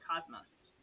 cosmos